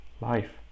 life